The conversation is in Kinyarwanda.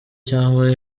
cyangwa